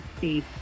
see